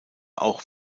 auch